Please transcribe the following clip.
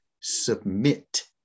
submit